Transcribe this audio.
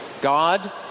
God